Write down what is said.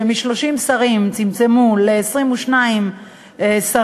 שמ-30 שרים צמצמו ל-22 שרים,